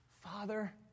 Father